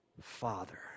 Father